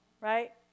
right